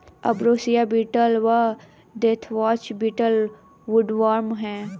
ambrosia beetle व deathwatch beetle woodworm हैं